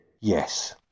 Yes